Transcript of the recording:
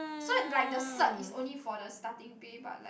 so like the cert is only for the starting pay but like